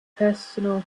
personal